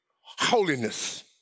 holiness